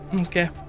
Okay